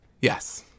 yes